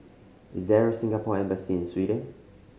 is there Singapore Embassy Sweden